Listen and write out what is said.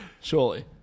Surely